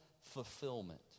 fulfillment